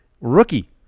rookie